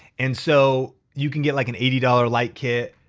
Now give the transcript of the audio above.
and so you can get like an eighty dollars light kit,